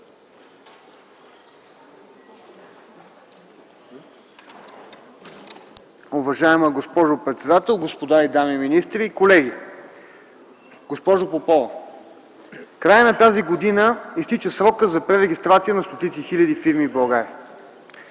Уважаема госпожо председател, господа и дами министри, колеги! Госпожо Попова, в края на тази година изтича срокът за пререгистрация на стотици хиляди фирми в България.